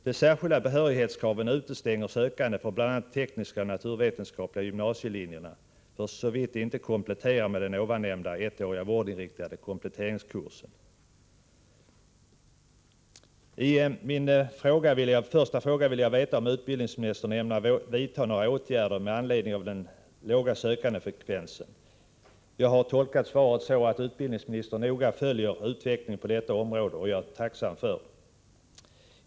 De särskilda behörighetskraven utestänger sökande från bl.a. de tekniska och naturvetenskapliga gymnasielinjerna för så vitt de inte kompletterar med den nämnda ettåriga vårdinriktade kompletteringskursen. I min fråga begärde jag att få veta om utbildningsministern ämnar vidta några åtgärder med anledning av den låga sökandefrekvensen. Jag har tolkat svaret så att utbildningsministern noga följer utvecklingen på detta område, och jag är tacksam för att hon gör det.